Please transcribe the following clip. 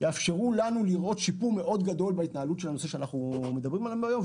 יאפשרו לנו לראות שיפור מאוד גדול בהתנהלות בנושא עליו אנו מדברים היום,